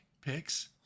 picks